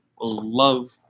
love